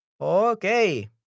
Okay